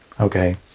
Okay